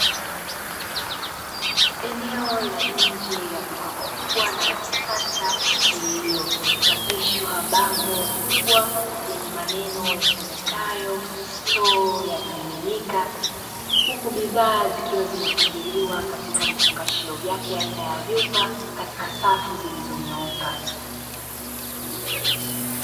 Eneo la nje ya duka kubwa na la kisasa lililochapishwa bango kubwa lenye maneno yasomekayo stoo ya vimiminika, huku bidhaa zikiwa zimepangiliwa katika vifungashio vyake aina ya vyupa katika safu zilizonyooka.